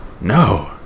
No